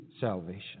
salvation